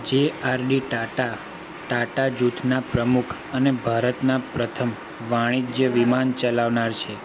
JRD Tata Tata જૂથના પ્રમુખ અને ભારતના પ્રથમ વાણિજ્ય વિમાન ચલાવનાર છે